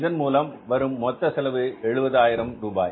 இதன் மூலம் வரும் மொத்த செலவு எவ்வளவு 70 ஆயிரம் ரூபாய்